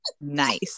Nice